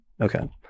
Okay